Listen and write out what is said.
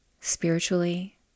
spiritually